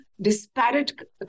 disparate